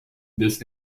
this